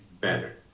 better